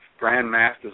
grandmasters